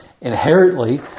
inherently